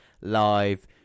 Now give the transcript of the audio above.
live